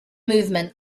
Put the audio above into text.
movement